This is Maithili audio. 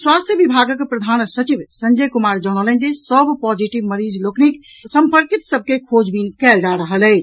स्वास्थ्य विभाग के प्रधान सचिव संजय कुमार जनौलनि जे सभ पॉजिटिव मरीज लोकनिक सम्पर्कित सभ के खोजबीन कएल जा रहल अछि